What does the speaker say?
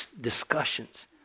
discussions